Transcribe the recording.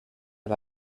del